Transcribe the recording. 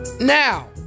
Now